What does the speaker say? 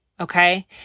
Okay